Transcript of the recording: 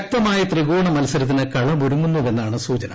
ശക്തമായ ത്രികോണ മൽസരത്തിന് കളമൊരുങ്ങുന്നുവെന്നാണ് സൂചന